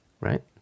right